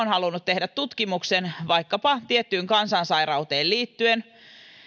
halunnut tehdä tutkimuksen vaikkapa tiettyyn kansansairauteen liittyen